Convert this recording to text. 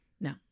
No